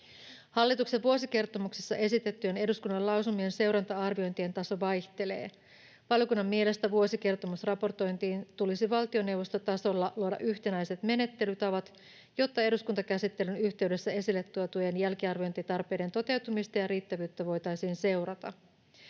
Hallituksen vuosikertomuksessa esitettyjen eduskunnan lausumien seuranta-arviointien taso vaihtelee. Valiokunnan mielestä vuosikertomusraportointiin tulisi valtioneuvostotasolla luoda yhtenäiset menettelytavat, jotta eduskuntakäsittelyn yhteydessä esille tuotujen jälkiarviointitarpeiden toteutumista ja riittävyyttä voitaisiin seurata.